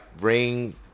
ring